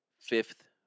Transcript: fifth